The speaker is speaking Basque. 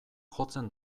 jotzen